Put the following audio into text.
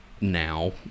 now